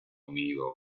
unido